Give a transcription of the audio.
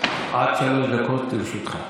עד שלוש דקות לרשותך.